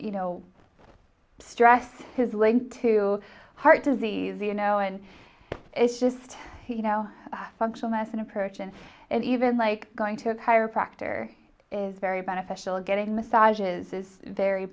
you know stress has linked to heart disease you know and it's just you know a functional mess in approach and it even like going to a chiropractor is very beneficial getting massages is very